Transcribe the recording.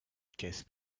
caisse